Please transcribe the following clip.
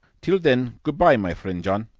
till then good-bye, my friend john.